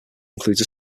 includes